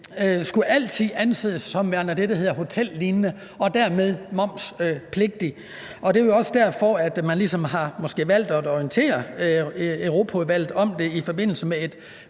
skulle anses som værende det, der kaldes hotellignende, og dermed være momspligtig. Og det er måske også derfor, at man ligesom har valgt at orientere Europaudvalget om det i forbindelse med et